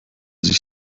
sich